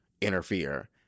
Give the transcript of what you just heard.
interfere